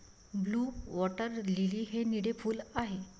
blue water lily हे निळे फूल आहे